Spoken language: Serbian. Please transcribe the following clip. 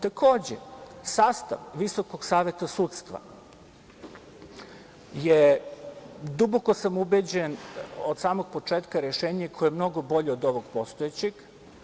Takođe, sastav Visokog saveta sudstva je, duboko sam ubeđen od samog početka, rešenje koje je mnogo bolje od ovog postojećeg.